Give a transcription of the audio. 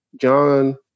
John